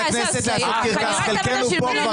דאגנו.